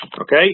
okay